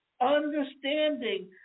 understanding